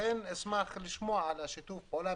לכן אשמח לשמוע על שיתוף הפעולה,